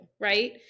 right